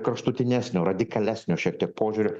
kraštutines radikalesnio šiek tiek požiūriu